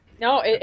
no